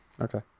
Okay